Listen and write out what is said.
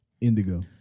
Indigo